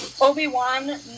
Obi-Wan